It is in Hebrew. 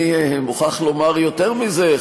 אני מוכרח לומר יותר מזה,